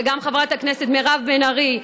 וגם חברת הכנסת מירב בן ארי,